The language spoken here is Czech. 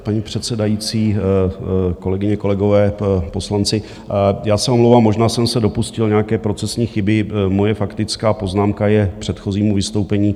Paní předsedající, kolegyně, kolegové poslanci, já se omlouvám, možná jsem se dopustil nějaké procesní chyby, moje faktická poznámka je k předchozímu vystoupení.